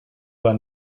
that